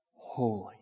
holy